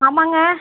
ஆமாங்க